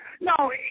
No